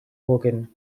organ